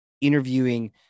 interviewing